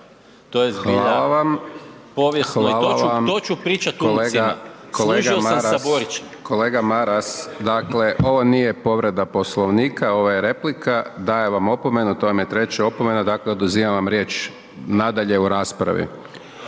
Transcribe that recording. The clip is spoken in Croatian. sam sa Borićem. **Hajdaš Dončić, Siniša (SDP)** Kolega Maras, dakle ovo nije povreda Poslovnika, ovo je replika, dajem vam opomenu, to vam je treća opomena, dakle oduzimam vam riječ nadalje u raspravi